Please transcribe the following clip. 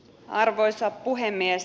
arvoisa puhemies